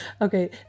Okay